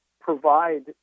provide